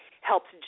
helps